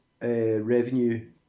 revenue